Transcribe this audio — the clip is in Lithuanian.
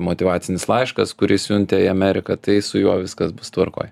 motyvacinis laiškas kurį siuntė į ameriką tai su juo viskas bus tvarkoj